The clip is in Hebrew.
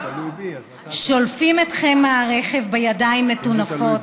שולפים אתכם מהרכב בידיים מטונפות,